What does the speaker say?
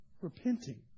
Repenting